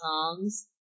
songs